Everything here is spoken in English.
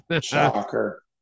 Shocker